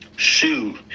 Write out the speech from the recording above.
Shoot